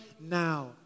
now